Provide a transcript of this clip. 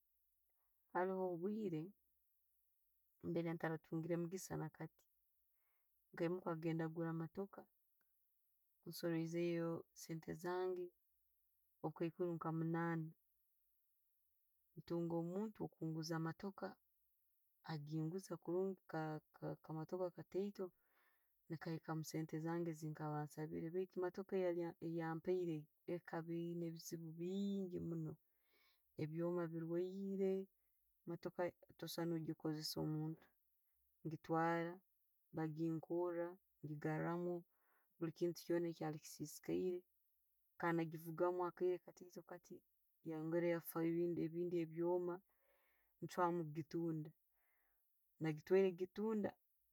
Haroho obwire mberentarakatungire mugisanakati, Nkahimuka genda kugura emotoka nsoreizeyo esente zange obukaikuru nka munaana, ntunga omuntu akunguza emootoka. Aginguza kurungi, ka- kaka kamotoka katiito nekaika omusente zange zakaba ansabire baitu emootoka gyebampaire ekaba eyina ebizibu bingi munno, ebyoma byona birwaire, emotooka ottakusobora gikozesa nka muntu. Ngitwala, baginkora, bagigarukamu bulikintu kyona ekyali kisisikaire kandi nagivugamu akaire katito kati yayongera yafa ebindi, ebindi ebyoma nachwamu gitunda, nagitwara gitunda.